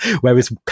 Whereas